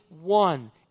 one